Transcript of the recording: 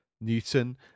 Newton